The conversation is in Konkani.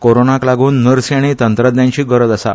कोरोनाक लागन नर्सी आनी तंत्रज्ञांची गरज आसा